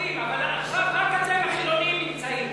כשיש חרדים, אבל עכשיו רק אתם, החילונים, נמצאים.